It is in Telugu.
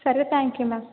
సరే థ్యాంక్ యూ మేడం